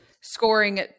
scoring